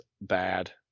bad